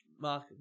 Mark